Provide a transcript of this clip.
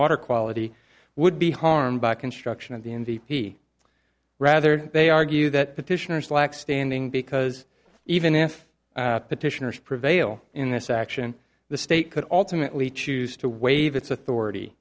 water quality would be harmed by construction of the n d p rather they argue that petitioners lack standing because even if petitioners prevail in this action the state could alternately choose to waive its authority